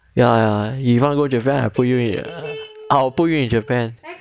ya ya you wanna go japan I will put you in japan